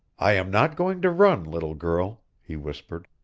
i am not going to run, little girl, he whispered.